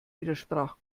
widersprach